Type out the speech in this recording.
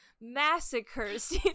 massacres